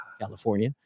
California